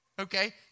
okay